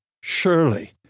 Surely